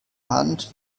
hand